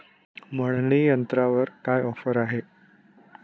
मळणी यंत्रावर काय ऑफर आहे?